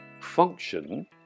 function